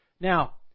Now